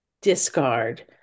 discard